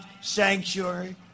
sanctuary